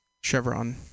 Chevron